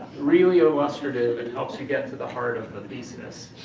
really illustrative and helps you get to the heart of the thesis.